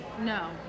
No